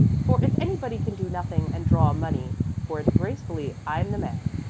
for if anybody can do nothing and draw money for it gracefully i'm the man.